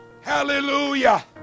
Hallelujah